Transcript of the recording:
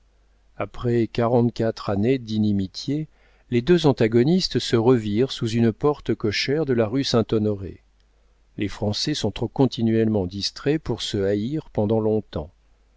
après quarante-quatre années d'inimitié les deux antagonistes se revirent sous une porte cochère de la rue saint-honoré les français sont trop continuellement distraits pour se haïr pendant longtemps